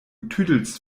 tüdelst